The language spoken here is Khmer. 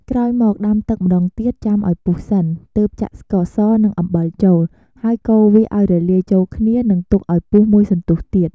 ក្រោយមក ដាំទឹកម្ដងទៀត ចាំឱ្យពុះសិន ទើបចាក់ស្ករសនិងអំបិលចូល ហើយកូរវាឱ្យរលាយចូលគ្នា និងទុកឱ្យពុះមួយសន្ទុះទៀត។